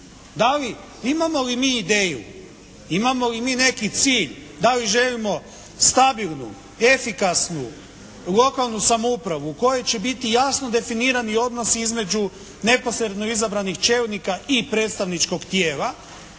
Imamo li mi neku ideju, imamo li mi neki cilj, da li želimo stabilnu, efikasnu lokalnu samoupravu u kojoj će biti jasno definirani odnosi između neposredno izabranih čelnika i predstavničkog tijela